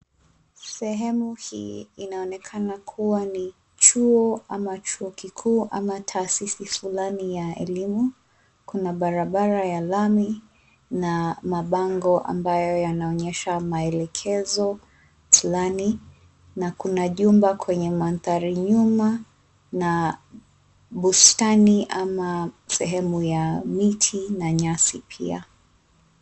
Sehemu hii inaonekana kuwa ni chuo ama chuo kikuu ama taasisi fulani ya elimu. Kuna barabara ya lami na mabango ambayo yanayoonyesha maelekezo fulani. Na kuna jumba kwenye mandhari nyuma na bustani ama sehemu ya miti na nyasi pia.